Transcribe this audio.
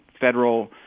federal